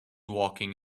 walking